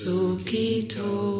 Sukito